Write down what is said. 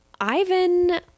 Ivan